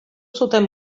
zuten